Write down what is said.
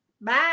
Bye